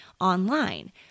online